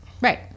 Right